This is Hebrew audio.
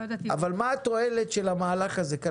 מה התועלת של המהלך הזה?